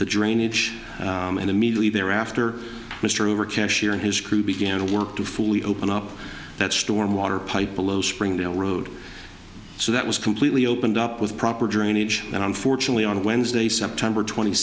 the drainage and immediately thereafter mr rover cashier and his crew began to work to fully open up that storm water pipe below springdale road so that was completely opened up with proper drainage and unfortunately on wednesday september twenty